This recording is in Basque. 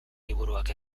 liburuak